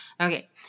Okay